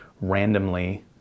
randomly